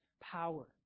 power